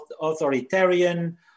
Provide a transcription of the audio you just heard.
authoritarian